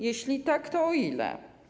Jeśli tak, to o ile?